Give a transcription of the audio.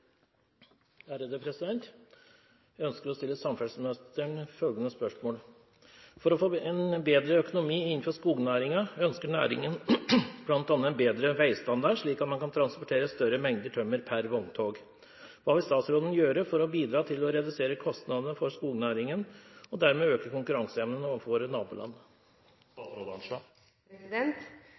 Jeg ønsker å stille samferdselsministeren følgende spørsmål: «For å få en bedre økonomi innenfor skognæringen, ønsker næringen bl.a. en bedre veistandard slik at man kan transportere større mengde tømmer pr. vogntog. Hva vil statsråden gjøre for å bidra til å redusere kostnadene for skognæringen og dermed øke konkurranseevnen overfor våre naboland?»